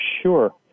Sure